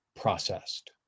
processed